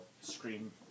Scream